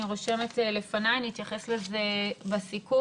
אני רושמת לפניי, אני אתייחס לזה בסיכום.